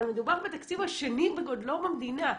אבל מדובר בתקציב השני בגודלו במדינה,